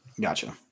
Gotcha